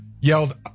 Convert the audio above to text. yelled